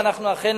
ואכן